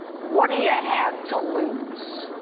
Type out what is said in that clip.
what do you have to lose?